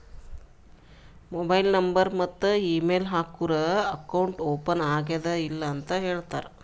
mobile number ಮತ್ತ email ಹಾಕೂರ್ account open ಆಗ್ಯಾದ್ ಇಲ್ಲ ಅಂತ ಹೇಳ್ತಾರ್